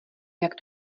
jak